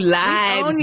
lives